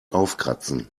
aufkratzen